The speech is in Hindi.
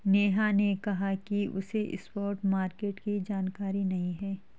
नेहा ने कहा कि उसे स्पॉट मार्केट की जानकारी नहीं है